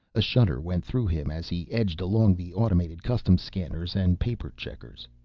a shudder went through him as he edged along the automated customs scanners and paper-checkers.